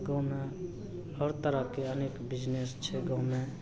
गाममे हर तरहके अनेक बिजनेस छै गाममे